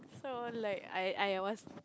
so like I I was